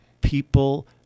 people